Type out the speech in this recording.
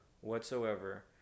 whatsoever